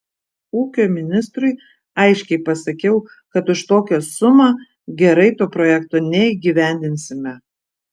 ūkio ministrui aiškiai pasakiau kad už tokią sumą gerai to projekto neįgyvendinsime